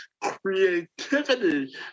creativity